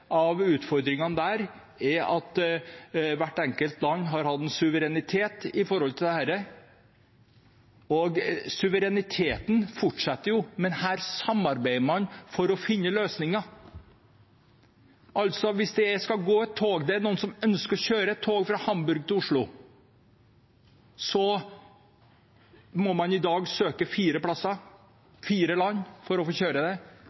der er at hvert enkelt land har hatt en suverenitet når det gjelder dette. Suvereniteten fortsetter jo, men her samarbeider man for å finne løsninger. Hvis det er noen som ønsker å kjøre tog fra Hamburg til Oslo, må man i dag søke fire steder, fire land for å få det til. Nå blir det ett sted, og det er et felles grunnlag for å kunne vurdere om det